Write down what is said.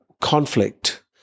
conflict